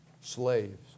slaves